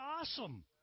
awesome